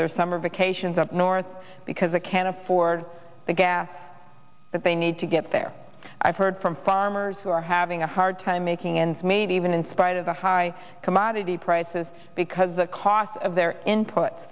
their summer vacations up north because they can't afford the gas that they need to get there i've heard from farmers who are having a hard time making ends meet even in spite of the high commodity prices because the cost of their input